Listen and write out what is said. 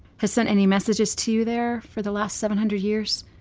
has sent any messages to you there for the last seven hundred years.